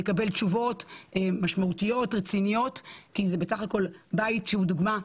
לקבל תשובות משמעותיות ורציניות כי זה בסך הכול בית שהוא דוגמה.